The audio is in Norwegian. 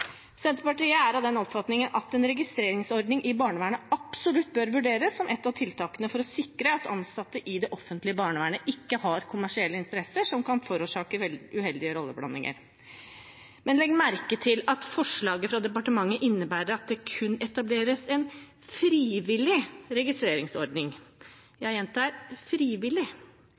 Senterpartiet er av den oppfatning at en registreringsordning i barnevernet absolutt bør vurderes som ett av tiltakene for å sikre at ansatte i det offentlige barnevernet ikke har kommersielle interesser som kan forårsake uheldige rolleblandinger. Men legg merke til at forslaget fra departementet innebærer at det kun etableres en frivillig registreringsordning – jeg gjentar frivillig.